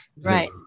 Right